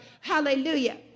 Hallelujah